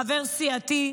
חבר סיעתי,